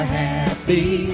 happy